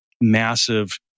massive